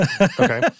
Okay